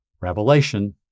Revelation